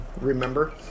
remember